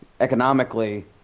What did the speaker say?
economically